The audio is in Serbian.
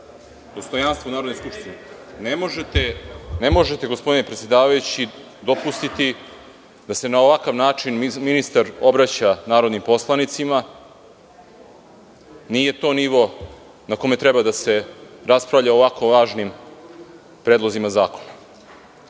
dostojanstvo Narodne skupštine. Ne možete gospodine predsedavajući dopustiti da se na ovakav način ministar obraća narodnim poslanicima, nije to nivo na kome treba da se raspravlja o ovako važnim predlozima